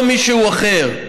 לא מישהו אחר.